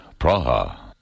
Praha